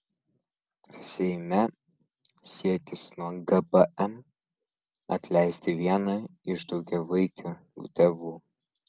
seime siekis nuo gpm atleisti vieną iš daugiavaikių tėvų